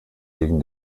wegen